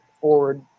forward